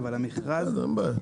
בסדר, אין בעיה.